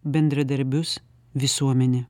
bendradarbius visuomenę